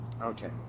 Okay